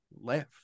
left